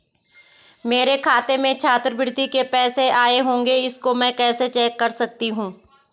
मेरे खाते में छात्रवृत्ति के पैसे आए होंगे इसको मैं कैसे चेक कर सकती हूँ?